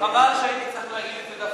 חבל שהייתי צריך להגיד את זה דווקא,